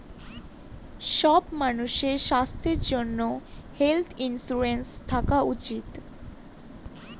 সব মানুষের স্বাস্থ্যর জন্য হেলথ ইন্সুরেন্স থাকা উচিত